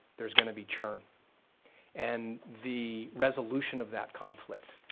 there's gonna be churn and the resolution of that conflict,